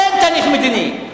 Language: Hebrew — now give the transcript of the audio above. אין תהליך מדיני.